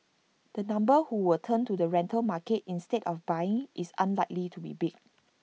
the number who will turn to the rental market instead of buying is unlikely to be big